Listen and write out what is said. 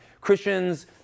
Christians